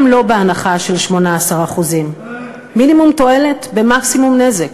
גם לא בהנחה של 18%. מינימום תועלת במקסימום נזק.